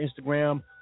Instagram